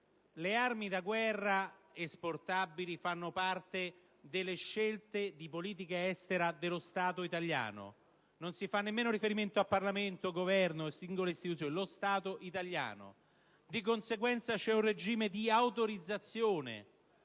le armi da guerra esportabili fanno parte delle scelte di politica estera dello Stato italiano. Non si fa riferimento al Parlamento, al Governo e alle singole istituzioni, ma, ripeto, allo Stato italiano. Di conseguenza, vi è un regime di autorizzazione